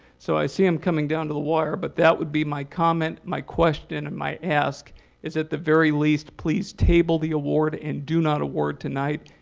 so i see i'm coming down to the wire. but that would be my comment, my question, and my ask is at the very least, please table the award and do not award tonight,